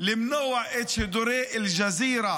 למנוע את שידורי אל-ג'זירה